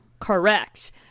correct